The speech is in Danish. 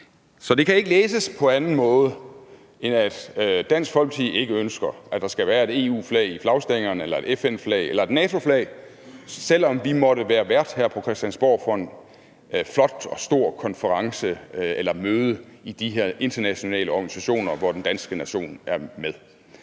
Så det kan ikke læses på anden måde, end at Dansk Folkeparti ikke ønsker, at der skal være et EU-flag i flagstængerne – eller et FN-flag eller et NATO-flag – selv om vi her på Christiansborg måtte være vært for en flot og stor konference eller et lignende møde i de her internationale organisationer, hvor den danske nation er med.